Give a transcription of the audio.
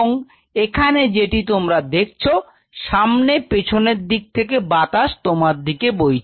দ্বিতীয় ব্যাপার হল বাতাসটা সামনের দিক থেকে আসছে পেছনের দিকে এবং এখানে যেটি তোমরা দেখছো সামনে পেছনের দিক যেখানে বাতাস তোমার দিকে বইছে